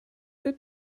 der